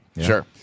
Sure